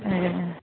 ए